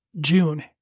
June